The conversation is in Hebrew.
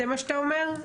זה מה שאתה אומר?